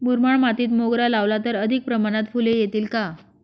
मुरमाड मातीत मोगरा लावला तर अधिक प्रमाणात फूले येतील का?